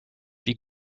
wie